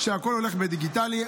הכול הולך דיגיטלי,